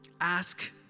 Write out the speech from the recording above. Ask